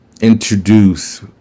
introduce